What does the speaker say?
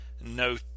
no